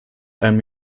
einem